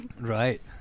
Right